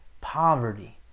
poverty